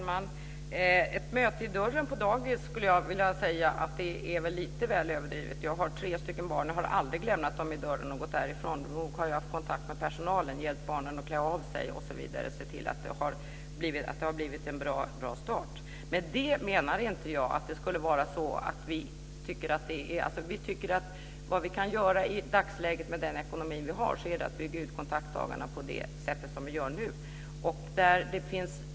Fru talman! Jag skulle vilja säga att det är lite väl överdrivet att tala om ett möte vid dörren på dagis. Jag har tre barn och har aldrig lämnat dem vid dörren och gått därifrån. Nog har jag haft kontakt med personalen, hjälpt barnen att klä av sig, sett till att det har blivit en bra start osv. Vi tycker att vi i dagsläget med den ekonomi som vi har kan bygga ut kontaktdagarna på det sätt som vi gör nu.